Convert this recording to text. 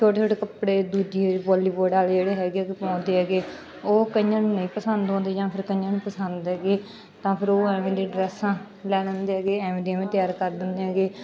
ਛੋਟੇ ਛੋਟੇ ਕੱਪੜੇ ਦੂਜੀ ਬਾਲੀਵੁੱਡ ਵਾਲੇ ਜਿਹੜੇ ਹੈਗੇ ਪਾਉਂਦੇ ਹੈਗੇ ਉਹ ਕਈਆਂ ਨੂੰ ਨਹੀਂ ਪਸੰਦ ਆਉਂਦੇ ਜਾਂ ਫਿਰ ਕਈਆਂ ਨੂੰ ਪਸੰਦ ਹੈਗੇ ਤਾਂ ਫਿਰ ਉਹ ਐਵੇਂ ਦੀ ਡਰੈਸਾਂ ਲੈਣ ਆਉਂਦੇ ਹੈਗੇ ਐਵੇਂ ਦੀਆਂ ਵੀ ਤਿਆਰ ਕਰ ਦਿੰਦੇ ਹੈਗੇ